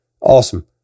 Awesome